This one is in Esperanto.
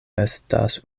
estas